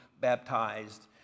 baptized